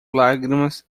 lágrimas